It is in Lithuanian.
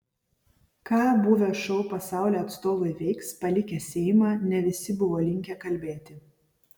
ką buvę šou pasaulio atstovai veiks palikę seimą ne visi buvo linkę kalbėti